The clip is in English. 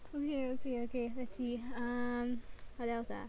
okay okay okay okay let's see um what else ah